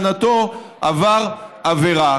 שלטענתו עבר עבירה.